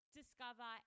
discover